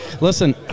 Listen